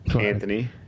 Anthony